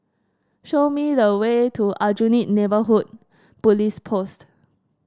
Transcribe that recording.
show me the way to Aljunied Neighbourhood Police Post